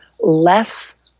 less